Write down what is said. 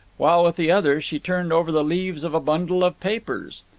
while with the other she turned over the leaves of a bundle of papers.